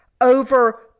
Over